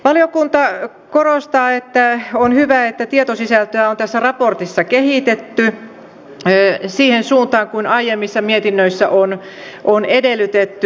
valiokunta korostaa että on hyvä että tietosisältöä on tässä raportissa kehitetty siihen suuntaan kuin aiemmissa mietinnöissä on edellytetty